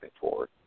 forward